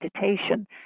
meditation